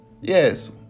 Yes